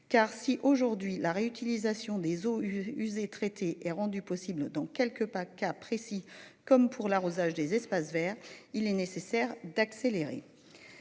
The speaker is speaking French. Car si aujourd'hui la réutilisation des eaux usées traitées et rendu possible dans quelques part cas précis comme pour l'arrosage des espaces verts, il est nécessaire d'accélérer.